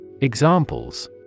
Examples